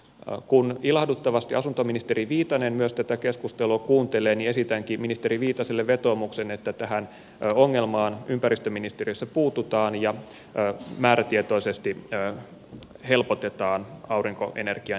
kun ilahduttavasti asuntoministeri viitanen myös tätä keskustelua kuuntelee niin esitänkin ministeri viitaselle vetoomuksen että tähän ongelmaan ympäristöministeriössä puututaan ja määrätietoisesti helpotetaan aurinkoenergian edistämistä kunnissa